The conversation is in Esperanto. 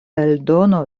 eldono